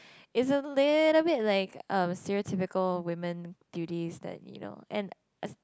it's a little bit like a stereotypical women duties that you know and as